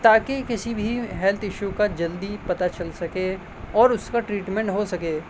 تا کہ کسی بھی ہیلتھ ایشو کا جلدی پتہ چل سکے اور اس کا ٹریٹمنٹ ہو سکے